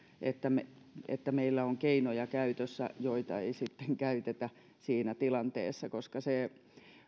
että meillä on käytössä keinoja joita ei sitten käytetä siinä tilanteessa